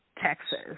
Texas